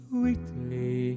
Sweetly